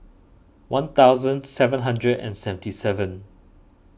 one thousand seven hundred and seventy seven